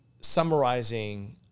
summarizing